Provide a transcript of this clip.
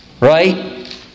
right